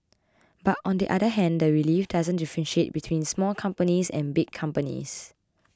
but on the other hand the relief doesn't differentiate between small companies and big companies